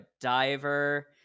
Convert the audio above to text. diver